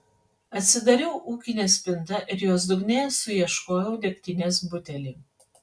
atsidariau ūkinę spintą ir jos dugne suieškojau degtinės butelį